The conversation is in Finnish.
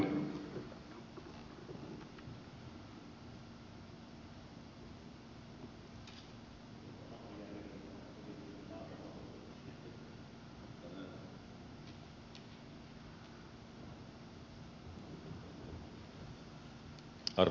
arvoisa puhemies